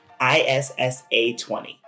ISSA20